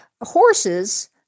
horses